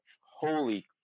Holy